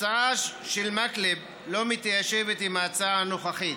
הצעתו של מקלב אינה מתיישבת עם ההצעה הנוכחית,